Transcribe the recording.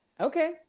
Okay